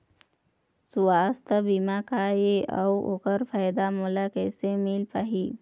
सुवास्थ बीमा का ए अउ ओकर फायदा मोला कैसे मिल पाही?